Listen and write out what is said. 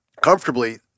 comfortably